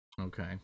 Okay